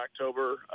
October